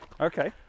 okay